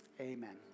amen